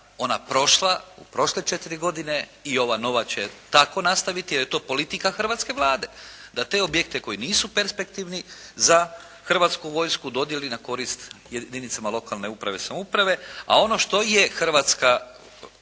ona prošla, u prošle četiri godine i ova nova će tako nastaviti jer je to politika hrvatske Vlade. Da te objekte koji nisu perspektivni za Hrvatsku vojsku, dodijeli u korist jedinicama lokalne uprave i samouprave, a ono što je Hrvatska